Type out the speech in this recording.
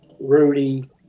Rudy